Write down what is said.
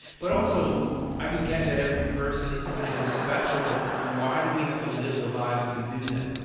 but also i could get that every person is special but why do we have to live the lives that we do then?